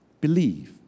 believe